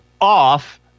off